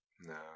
no